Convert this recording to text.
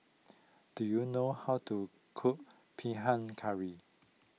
do you know how to cook Pahang Curry